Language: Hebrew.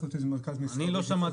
לא רוצים